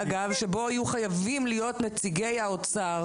שבו יהיו חייבים להיות נציגי האוצר